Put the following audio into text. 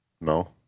No